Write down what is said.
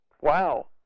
Wow